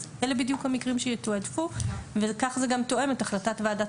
אז אלה בדיוק המקרים שיתועדפו וכך זה גם תואם את החלטת ועדת